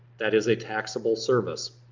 that is a taxable service.